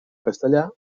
castellà